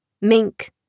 Mink